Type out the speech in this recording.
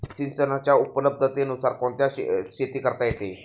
सिंचनाच्या उपलब्धतेनुसार कोणत्या शेती करता येतील?